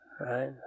Right